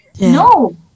No